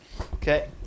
Okay